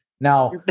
Now